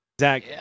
Zach